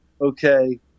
okay